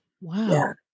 Wow